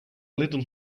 little